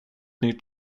nytt